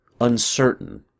uncertain